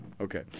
Okay